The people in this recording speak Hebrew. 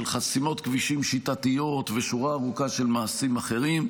של חסימות כבישים שיטתיות ושורה ארוכה של מעשים אחרים,